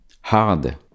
hard